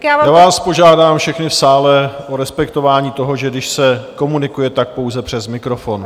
Já vás požádám všechny v sále o respektování toho, že když se komunikuje, tak pouze přes mikrofon.